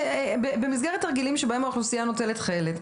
במסגרת תרגילים שבהם האוכלוסייה נוטלת חלק,